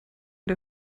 der